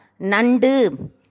Nandu